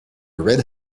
red